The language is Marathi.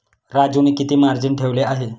राजूने किती मार्जिन ठेवले आहे?